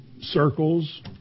circles